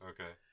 Okay